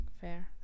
Fair